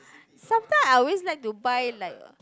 sometime I always like to buy like a